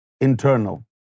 internal